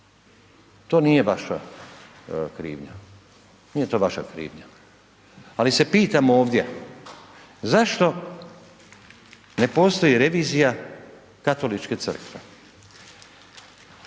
nije to vaša krivnja, ali se pitamo ovdje zašto ne postoji revizija Katoličke crkve?